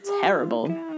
terrible